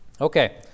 Okay